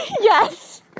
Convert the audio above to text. Yes